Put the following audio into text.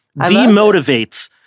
demotivates